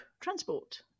transport